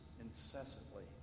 incessantly